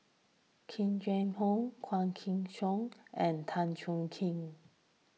Yee Jenn Jong Quah Kim Song and Tan Chuan Jin